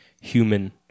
human